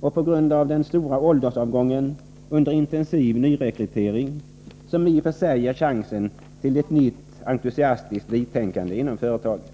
och på grund av den stora åldersavgången genomförs en intensiv nyrekrytering, som i och för sig ger chansen till ett nytt, entusiastiskt vi-tänkande inom företaget.